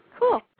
Cool